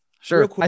Sure